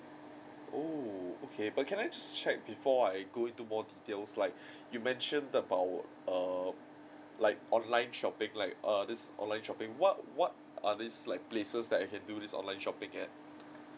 oo okay but can I just check before I go into more details like you mentioned about err like online shopping like err this online shopping what what are these like places that I can do this online shopping at